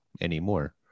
anymore